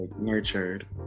nurtured